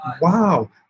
wow